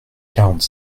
quarante